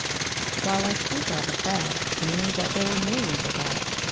while i speak of a crowd, meaning that there were millions of us,